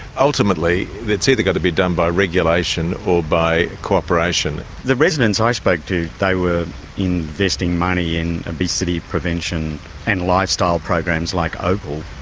ultimately, it's either got to be done by regulation or by cooperation. the residents i spoke to, they were investing money in obesity prevention and lifestyle programs like opal.